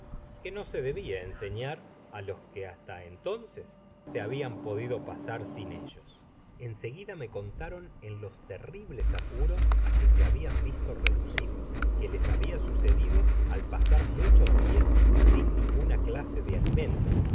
que no se debia enseñar á los que hasta entonces se habian podido pasar siu ellos en seguida me contaron en los terribles apuros áqae j se habian visto reducidos que les habia sucedido el pasar muchos dias sin ninguna clase de alimento